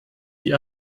die